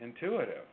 intuitive